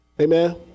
Amen